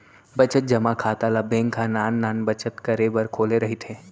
बचत जमा खाता ल बेंक ह नान नान बचत करे बर खोले रहिथे